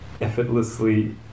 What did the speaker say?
effortlessly